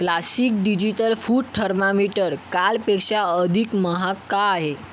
classic digital food thermometer कालपेक्षा अधिक महाग का आहे